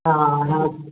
हा